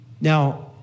Now